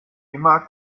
immer